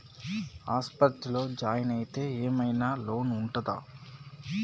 ఆస్పత్రి లో జాయిన్ అయితే ఏం ఐనా లోన్ ఉంటదా?